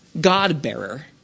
God-bearer